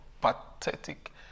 pathetic